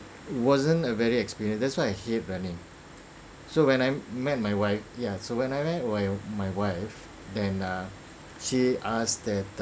it wasn't a very experience that's why I hate running so when I met my wife ya so when I met my my my wife then she ask that